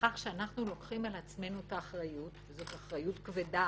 בכך שאנחנו לוקחים על עצמנו את האחריות וזאת אחריות כבדה,